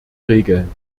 regeln